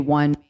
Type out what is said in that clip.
one